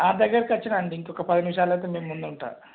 ఆ దగ్గరకొచ్చినా అండి ఇంకొక పది నిమిషాలయితే మీ ముందు ఉంటా